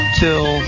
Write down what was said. till